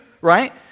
right